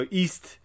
east